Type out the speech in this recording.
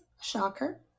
shocker